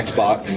Xbox